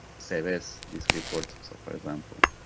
save as this report. so for example,